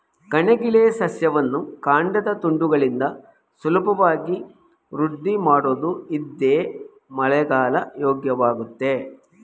ಕಣಗಿಲೆ ಸಸ್ಯವನ್ನು ಕಾಂಡದ ತುಂಡುಗಳಿಂದ ಸುಲಭವಾಗಿ ವೃದ್ಧಿಮಾಡ್ಬೋದು ಇದ್ಕೇ ಮಳೆಗಾಲ ಯೋಗ್ಯವಾಗಯ್ತೆ